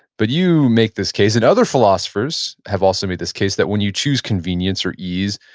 but you make this case and other philosophers have also made this case that when you choose convenience or ease,